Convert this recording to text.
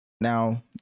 now